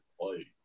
play